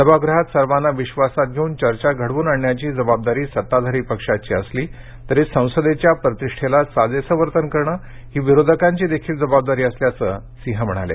सभागृहात सर्वांना विधासात धेऊन चर्चा घडवून आणण्याची जबाबदारी सत्ताधारी पक्षाची असली तरी संसदेच्या प्रतिषेला साजेसं वर्तन करणं ही विरोधकांची देखील जबाबदारी असल्याचं सिंह म्हणाले